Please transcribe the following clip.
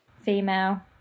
Female